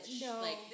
No